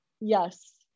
yes